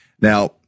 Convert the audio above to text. Now